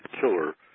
killer